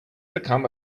become